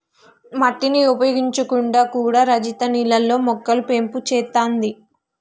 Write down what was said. మట్టిని ఉపయోగించకుండా కూడా రజిత నీళ్లల్లో మొక్కలు పెంపు చేత్తాంది